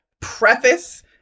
preface